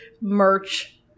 merch